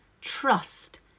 trust